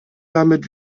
damit